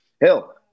Hell